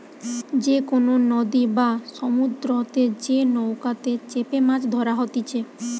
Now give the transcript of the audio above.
যে কোনো নদী বা সমুদ্রতে যে নৌকাতে চেপেমাছ ধরা হতিছে